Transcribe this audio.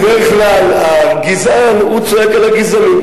מה היית אומר אם באירופה היו עושים את אותו הדבר ליהודים?